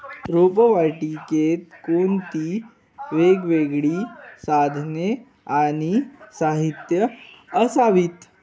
रोपवाटिकेत कोणती वेगवेगळी साधने आणि साहित्य असावीत?